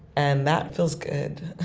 and that feels good.